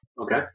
Okay